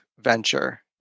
venture